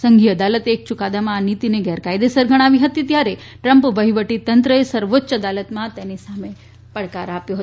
સંઘીય અદાલતે એક યુકાદામાં આ નીતિને ગેરકાયદેસર ગણાવી હતી ત્યારે ટ્રમ્પ વહિવટીતંત્રે સર્વોચ્ય અદાલતમાં તેની સામે પડકાર આપ્યો છે